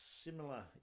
similar